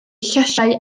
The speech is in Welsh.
llysiau